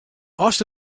ast